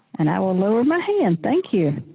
and i will lower my hand thank you.